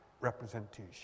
representation